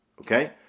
Okay